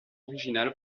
originale